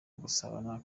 gusabana